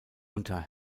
unter